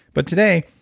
but today,